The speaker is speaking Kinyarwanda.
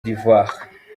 d’ivoire